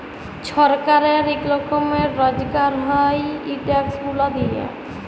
ছরকারের ইক রকমের রজগার হ্যয় ই ট্যাক্স গুলা দিঁয়ে